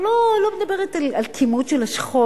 אני כבר לא מדברת על כימות של השכול.